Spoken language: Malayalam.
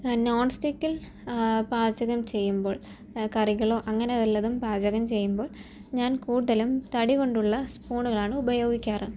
നോൺ സ്റ്റിക്കിൽ പാചകം ചെയ്യുമ്പോൾ കറികളോ അങ്ങനെ വല്ലതും പാചകം ചെയ്യുമ്പോൾ ഞാൻ കൂടുതലും തടി കൊണ്ടുള്ള സ്പൂണുകളാണ് ഉപയോഗിക്കാറ്